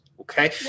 Okay